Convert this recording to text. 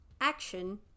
action